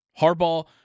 Harbaugh